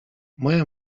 moja